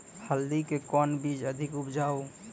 हल्दी के कौन बीज अधिक उपजाऊ?